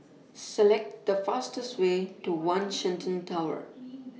Select The fastest Way to one Shenton Tower